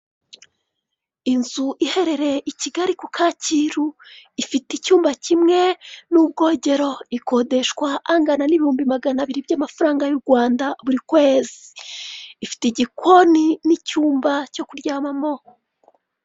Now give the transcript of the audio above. Inzu iherereye i Kigali ku Kacyiru, ifite icyumba kimwe n'ubwogero; ikodeshwa angana n'ibihumbi magana abiri by'amafaranga y'u Rwanda buri kwezi. Ifite igikoni n'icyumba cyo kuryamamo.